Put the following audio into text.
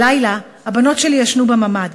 הלילה הבנות שלי ישנו בממ"ד.